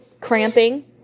cramping